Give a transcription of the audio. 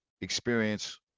experience